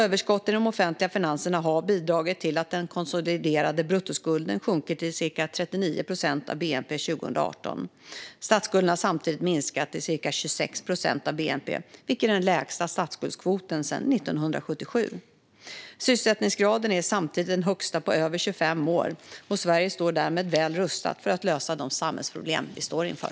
Överskotten i de offentliga finanserna har bidragit till att den konsoliderade bruttoskulden sjunkit till ca 39 procent av bnp 2018. Statsskulden har samtidigt minskat till ca 26 procent av bnp, vilket är den lägsta statsskuldskvoten sedan 1977. Sysselsättningsgraden är samtidigt den högsta på över 25 år. Sverige står därmed väl rustat att lösa de samhällsproblem vi står inför.